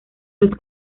los